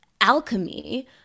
Alchemy